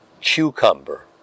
cucumber